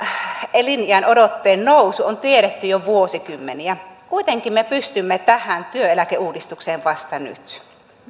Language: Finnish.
eliniänodotteen nousu on tiedetty jo vuosikymmeniä kuitenkin me pystymme tähän työeläkeuudistukseen vasta nyt